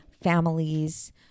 families